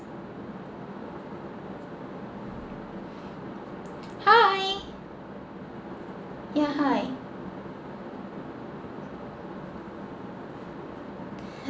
hi yeah hi